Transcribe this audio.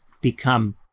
become